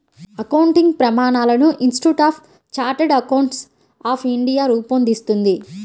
accounting ప్రమాణాలను institute of chartered accountants of India రూపొందిస్తుంది